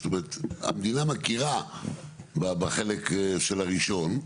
זאת אומרת, המדינה מכירה בחלק של הראשון,